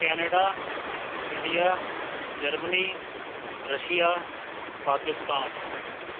Canada India Germany Russia Pakistan